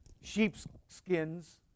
sheepskins